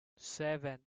seven